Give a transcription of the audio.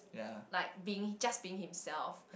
like being just being himself